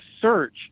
search